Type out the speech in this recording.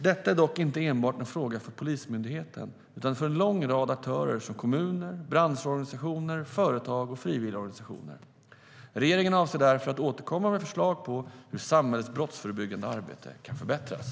Detta är dock inte enbart en fråga för Polismyndigheten utan för en lång rad andra aktörer som kommuner, branschorganisationer, företag och frivilligorganisationer. Regeringen avser därför att återkomma med förslag på hur samhällets brottsförebyggande arbete kan förbättras.